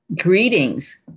Greetings